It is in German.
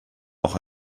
auch